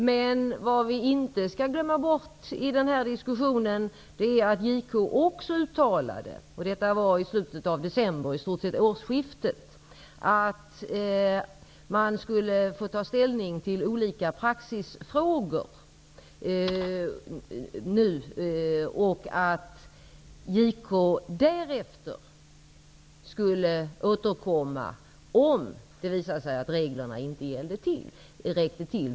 Men i den här diskussionen skall vi inte glömma bort att JK också uttalade -- det var i slutet av december, i stort sett vid årsskiftet -- att man skulle ta ställning till olika praxisfrågor nu och att JK därefter skulle återkomma om det visade sig att reglerna inte räckte till.